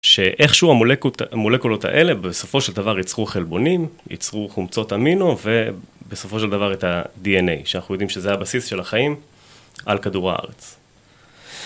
שאיכשהו המולק... המולקולות האלה בסופו של דבר ייצרו חלבונים, ייצרו חומצות אמינו ובסופו של דבר את ה-DNA, שאנחנו יודעים שזה הבסיס של החיים על כדור הארץ.